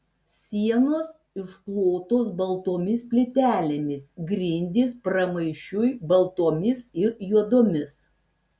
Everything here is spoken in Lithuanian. sienos išklotos baltomis plytelėmis grindys pramaišiui baltomis ir juodomis